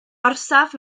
orsaf